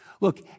Look